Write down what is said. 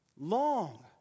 long